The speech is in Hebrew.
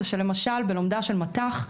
זה שלמשל בלומדה של מט"ח,